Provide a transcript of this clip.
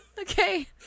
Okay